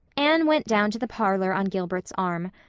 anne went down to the parlor on gilbert's arm.